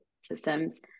systems